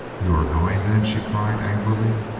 you are going, then! she cried angrily.